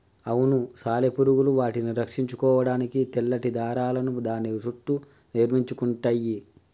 అవును సాలెపురుగులు వాటిని రక్షించుకోడానికి తెల్లటి దారాలను దాని సుట్టూ నిర్మించుకుంటయ్యి